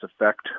effect